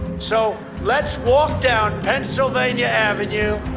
so let's walk down pennsylvania avenue.